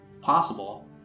Possible